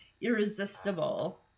irresistible